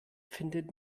findet